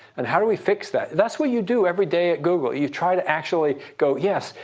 and how do we fix that? that's what you do every day at google. you try to actually go, yes,